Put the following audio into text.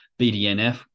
bdnf